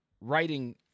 writing